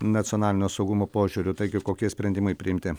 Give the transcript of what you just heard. nacionalinio saugumo požiūriu taigi kokie sprendimai priimti